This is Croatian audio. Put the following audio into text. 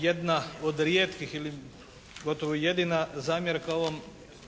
Jedna od rijetkih ili gotovo jedina zamjerka ovom